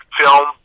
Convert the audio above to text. film